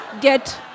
get